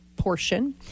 portion